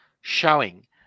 showing